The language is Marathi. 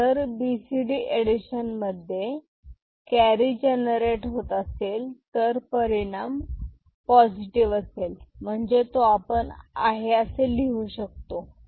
आणि जर बीसीडी एडिशन मध्ये कॅरी जनरेट होत असेल तर परिणाम पॉझिटिव असेल म्हणजे तो आपण आहे असे लिहू शकतो